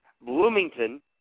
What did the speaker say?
Bloomington